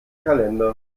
kalender